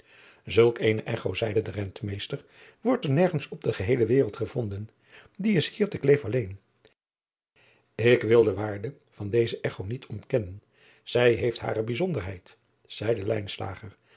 ulk eene cho zeide de entmeester wordt er nergens op de geheele wereld gevonden die is hier te leef alleen k wil de waarde van deze cho niet ontkennen zij heeft hare bijzonderheid zeide